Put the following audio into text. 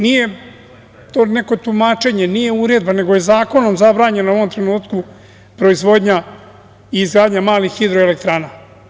Nije to neko tumačenje, nije to uredba, nego je zakonom zabranjeno u ovom trenutku proizvodnja i izgradnja malih hidroelektrana.